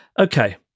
Okay